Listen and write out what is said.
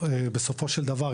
בסופו של דבר,